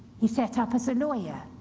he set up as a lawyer.